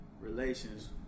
relations